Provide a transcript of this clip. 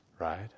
right